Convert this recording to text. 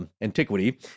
antiquity